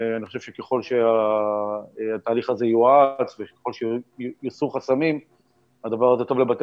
אני חושב שככל שהתהליך הזה יואץ וככל שיוסרו חסמים הדבר הזה טוב לבתי